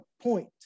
point